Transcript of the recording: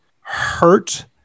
hurt